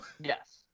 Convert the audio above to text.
Yes